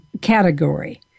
category